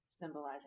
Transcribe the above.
symbolizing